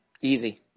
Easy